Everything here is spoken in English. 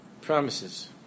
promises